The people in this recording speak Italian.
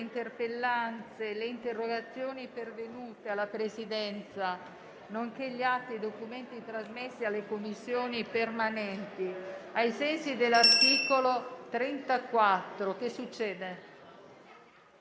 interpellanze e le interrogazioni pervenute alla Presidenza, nonché gli atti e i documenti trasmessi alle Commissioni permanenti ai sensi dell'articolo 34, comma